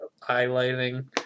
highlighting